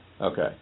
Okay